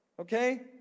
okay